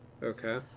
okay